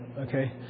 Okay